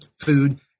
food